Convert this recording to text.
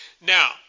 Now